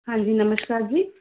ਹਾਂਜੀ ਨਮਸਕਾਰ ਜੀ